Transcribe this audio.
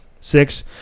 Six